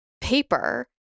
paper